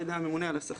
על ידי הממונה על השכר.